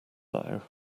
now